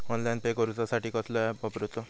Online pay करूचा साठी कसलो ऍप वापरूचो?